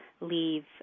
leave